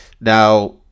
Now